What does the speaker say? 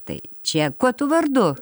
tai čia kuo tu vardu